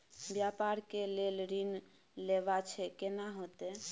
व्यापार के लेल ऋण लेबा छै केना होतै?